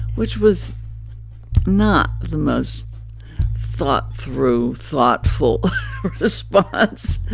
which was not the most thought-through, thoughtful response,